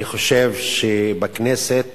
אני חושב שבכנסת